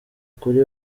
kuri